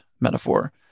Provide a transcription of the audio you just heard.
metaphor